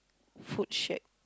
food shack